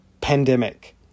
Pandemic